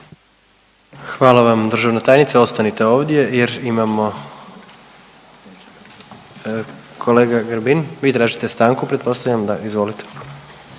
Hvala vam državna tajnice ostanite ovdje jer imamo. Kolega Grbin vi tražite stanku pretpostavljam, da, izvolite.